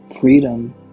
freedom